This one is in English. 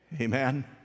Amen